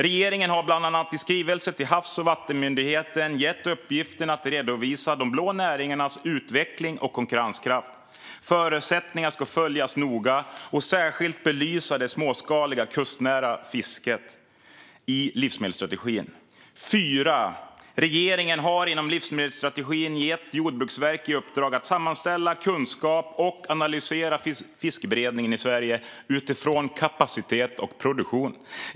Regeringen har bland annat i skrivelser till Havs och vattenmyndigheten gett uppgiften att redovisa de blå näringarnas utveckling och konkurrenskraft. Förutsättningar ska följas noga, och redovisningen ska särskilt belysa det småskaliga kustnära fisket och myndighetens bidrag till målen i livsmedelsstrategin. Regeringen har inom livsmedelsstrategin gett Jordbruksverket i uppdrag att sammanställa kunskap och analysera fiskberedningen i Sverige utifrån kapacitet och produktion.